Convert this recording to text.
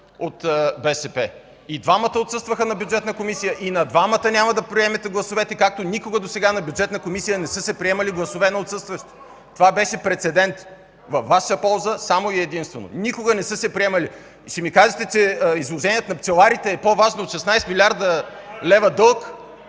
от БСП. И двамата отсъстваха на Бюджетната комисия, и на двамата няма да приемете гласовете, както никога досега на Бюджетна комисия не са се приемали гласове на отсъстващи. (Силен шум в ГЕРБ.) Това беше прецедент във Ваша полза – само и единствено! Никога не са се приемали! Ще ми кажете, че изложението на пчеларите е по-важно от 16 млрд. лв. дълг?!